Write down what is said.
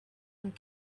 and